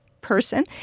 person